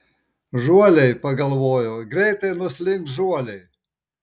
žuoliai pagalvojo greitai nuslinks žuoliai